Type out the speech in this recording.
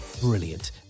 brilliant